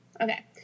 Okay